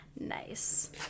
Nice